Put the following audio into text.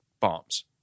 bombs